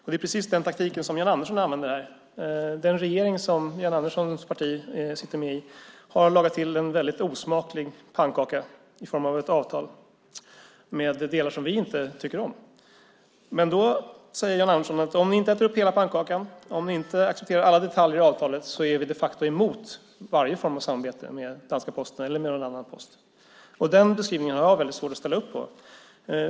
Det är precis den taktik som Jan Andersson använder. Den regering som Jan Anderssons parti sitter med i har lagat till en väldigt osmaklig pannkaka i form av ett avtal med delar som vi inte tycker om. Då säger Jan Andersson: Om ni inte äter upp hela pannkakan, om ni inte accepterar alla detaljer i avtalet, är ni de facto emot varje form av samarbete med danska Posten eller någon annan post. Den beskrivningen har jag väldigt svårt att ställa upp på.